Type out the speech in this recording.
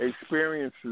experiences